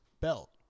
belt